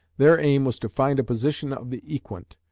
their aim was to find a position of the equant,